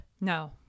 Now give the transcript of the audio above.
No